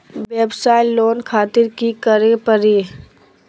वयवसाय लोन खातिर की करे परी?